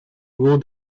ruled